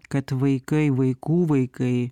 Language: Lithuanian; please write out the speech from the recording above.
kad vaikai vaikų vaikai